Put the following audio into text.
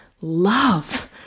love